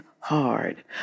hard